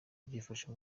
byifashe